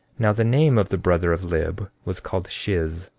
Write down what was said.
now the name of the brother of lib was called shiz.